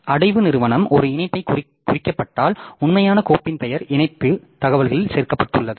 அடைவு நிறுவனம் ஒரு இணைப்பாகக் குறிக்கப்பட்டால் உண்மையான கோப்பின் பெயர் இணைப்புத் தகவலில் சேர்க்கப்பட்டுள்ளது